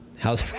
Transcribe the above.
how's